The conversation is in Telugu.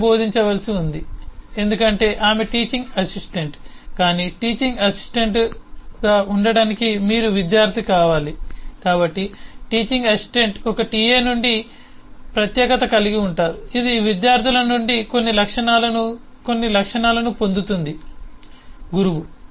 TA బోధించవలసి ఉంది ఎందుకంటే ఆమె టీచింగ్ అసిస్టెంట్ కానీ టీచింగ్ అసిస్టెంట్గా ఉండటానికి మీరు విద్యార్థి కావాలి కాబట్టి టీచింగ్ అసిస్టెంట్ ఒక TA నుండి ప్రత్యేకత కలిగి ఉంటారు ఇది విద్యార్థుల నుండి కొన్ని లక్షణాలను కొన్ని లక్షణాలను పొందుతుంది గురువు